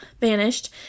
vanished